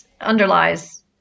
underlies